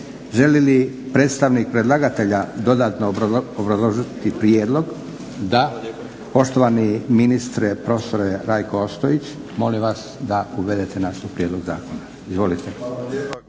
Želi li predstavnik predlagatelja dodatno obrazložiti prijedlog? Da. Poštovani ministre, profesore RaJko Ostojić molim vas da nas uvedete u prijedlog zakona. **Ostojić,